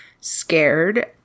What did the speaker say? scared